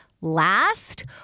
last